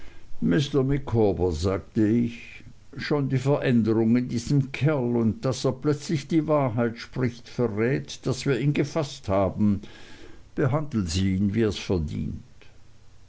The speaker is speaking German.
micawber sagte ich schon die veränderung in diesem kerl und daß er plötzlich die wahrheit spricht verrät daß wir ihn gefaßt haben behandeln sie ihn wie er es verdient